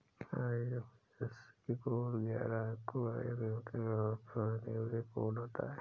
IFSC code ग्यारह अंको का एक यूनिक अल्फान्यूमैरिक कोड होता है